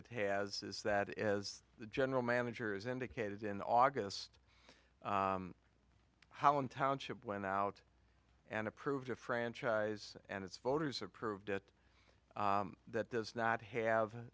it has is that as the general manager has indicated in august how an township went out and approved a franchise and its voters approved it that does not have